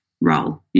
role